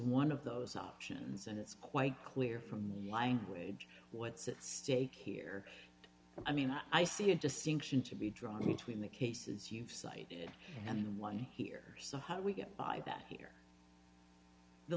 one of those options and it's quite clear from the language what's at stake here i mean i see a distinction to be drawn between the cases you've cited and one here so how do we get by that here the